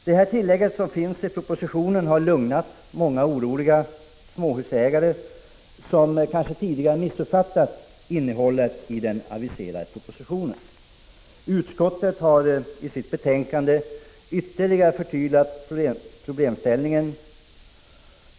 Detta tillägg i propositionen har lugnat många oroliga småhusägare, som tidigare kanske hade missuppfattat innehållet i den aviserade propositionen. Utskottet har i sitt betänkande ytterligare förtydligat problemställningen.